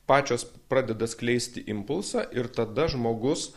pačios pradeda skleisti impulsą ir tada žmogus